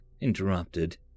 interrupted